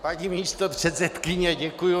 Paní místopředsedkyně, děkuji.